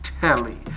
telly